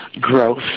growth